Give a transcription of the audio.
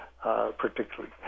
particularly